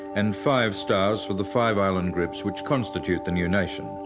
and five stars for the five island groups which constitute the new nation.